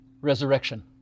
resurrection